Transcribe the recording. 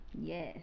yes